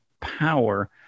power